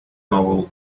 novel